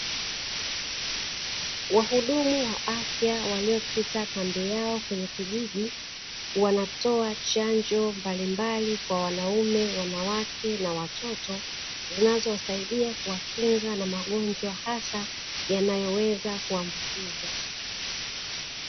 Wahudumu wa afya walioweka kambi yao kwenye kijiji wanatoa chanjo mbalimbali kwa wanaume, wanawake na watoto zinazosaidia kuwakinga na magonjwa hasa yanayoweza kuambukiza.